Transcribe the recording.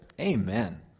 Amen